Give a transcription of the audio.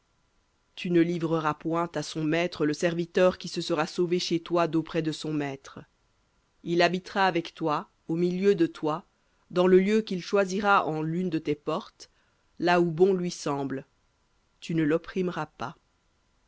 tu ne livreras point à son maître le serviteur qui se sera sauvé chez toi d'auprès de son maître il habitera avec toi au milieu de toi dans le lieu qu'il choisira en l'une de tes portes là où bon lui semble tu ne l'opprimeras pas